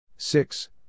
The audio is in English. Six